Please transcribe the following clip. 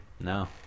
no